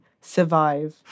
survive